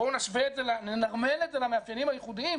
בואו ננרמל את זה למאפיינים הייחודיים,